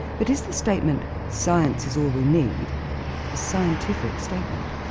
but is the statement science is all we need a scientific statement?